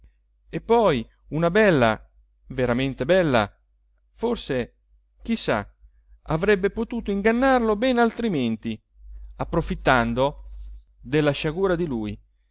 e poi una bella veramente bella forse chi sa avrebbe potuto ingannarlo ben altrimenti approfittando della sciagura di lui